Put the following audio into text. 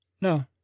No